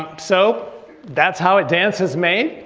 so that's how a dance is made.